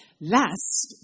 Last